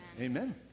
amen